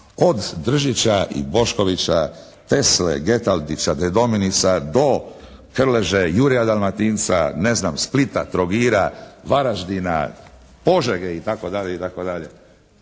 Od Držića i Boškovića, Tesle, Getaldića, Dedominisa do Krleže, Jurja Dalmatinca, ne znam Splita, Trogira, Varaždina, Požege itd.